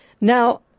Now